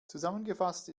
zusammengefasst